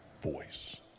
voice